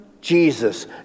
Jesus